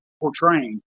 portraying